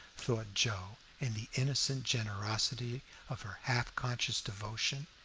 thought joe, in the innocent generosity of her half-conscious devotion.